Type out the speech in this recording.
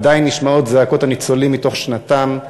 עדיין נשמעות זעקות הניצולים מתוך שנתם.